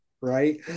right